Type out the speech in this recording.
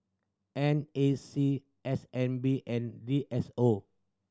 N A C S N B and D S O